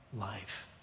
life